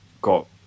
got